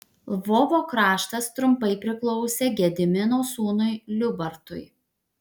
lvovo kraštas trumpai priklausė gedimino sūnui liubartui